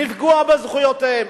לפגוע בזכויותיהם.